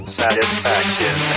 satisfaction